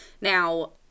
Now